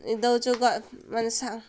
ଦେଉଛୁ ମାନେ